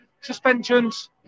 suspensions